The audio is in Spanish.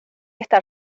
estar